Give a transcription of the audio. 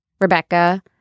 Rebecca